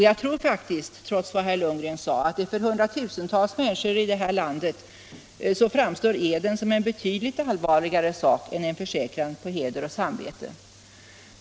Jag tror faktiskt, trots vad herr Lundgren sade, att för hundratusentals människor i det här landet framstår eden som en betydligt allvarligare sak än en försäkran på heder och samvete.